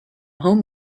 home